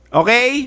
okay